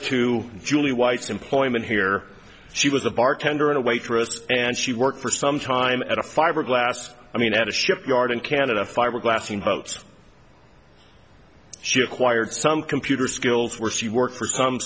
to julie white's employment here she was a bartender in a waitress and she worked for some time at a fiberglass i mean at a shipyard in canada fiberglassing hopes she acquired some computer skills were she worked for some